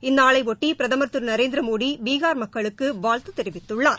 இந்நாளையொட்டி பிரதமர் திரு நரேந்திரமோடி பீகார் மக்களுக்கு வாழ்த்து தெரிவித்துள்ளார்